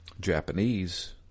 Japanese